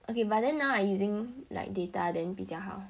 okay but then now I using like data than 比较好